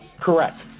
Correct